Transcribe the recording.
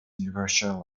universal